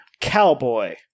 Cowboy